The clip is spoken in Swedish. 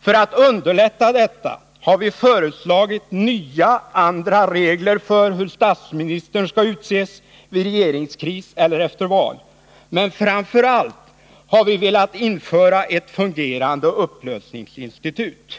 För att underlätta detta har vi föreslagit nya regler för hur statsministern skall utses vid regeringskris eller efter val, men framför allt har vi velat införa ett fungerande upplösningsinstitut.